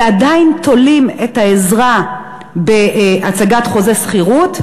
ועדיין תולים את העזרה בהצגת חוזה שכירות,